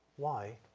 y,